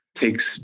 takes